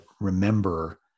remember